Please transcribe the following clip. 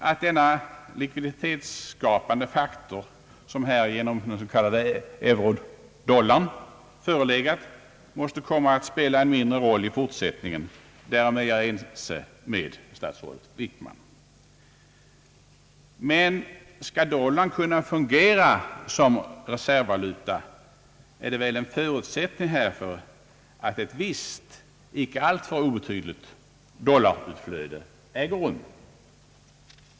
Att den likviditetsskapande faktor, som genom den s.k. eurodollarn förelegat, måste komma att spela en mindre roll i fortsättningen, därom är jag ense med statsrådet Wickman. Men skall dollarn kunna fungera som reservvaluta är en förutsättning härför, att ett visst icke alltför obetydligt dollarutflöde äger rum.